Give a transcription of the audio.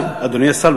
אדוני השר,